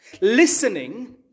Listening